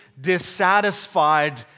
dissatisfied